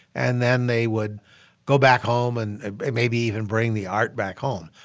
and then they would go back home and maybe even bring the art back home.